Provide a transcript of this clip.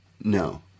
no